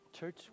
Church